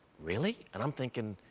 really? and i'm thinking,